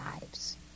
lives